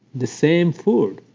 the same food.